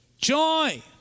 joy